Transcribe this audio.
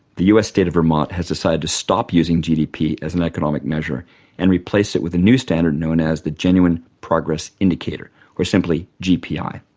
the u. s. state of vermont has decided to stop using gdp as an economic measure and replaced it with a new standard known as the genuine progress indicator or simply gpi.